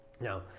Now